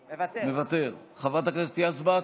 מוותר, חברת הכנסת יזבק,